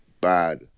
bad